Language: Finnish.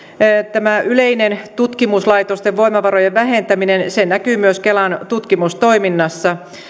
tämä yleinen tutkimuslaitosten voimavarojen vähentäminen näkyy myös kelan tutkimustoiminnassa